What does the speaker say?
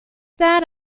that